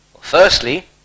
firstly